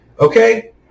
Okay